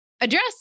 address